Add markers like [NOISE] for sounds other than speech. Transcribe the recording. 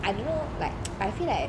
I don't know like [NOISE] I feel like